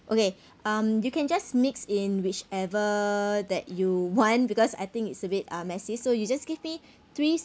okay um you can just mix in whichever that you want because I think it's a bit uh messy so you just give me three